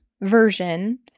version